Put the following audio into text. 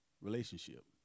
relationship